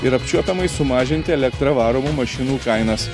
ir apčiuopiamai sumažinti elektra varomų mašinų kainas